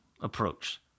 approach